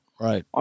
right